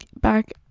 back